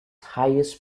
highest